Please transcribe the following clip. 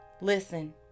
Listen